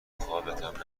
خوابتم